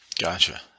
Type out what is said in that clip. Gotcha